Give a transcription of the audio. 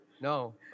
No